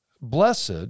blessed